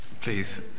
please